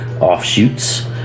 offshoots